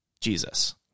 Jesus